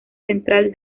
central